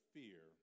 fear